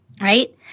right